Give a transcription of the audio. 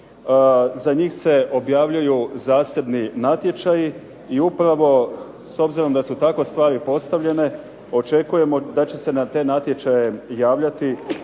za njih se objavljuju zasebni natječaji i upravo s obzirom da su tako stvari postavljene očekujemo da će se na te natječaje javljati